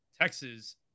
Texas